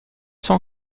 cent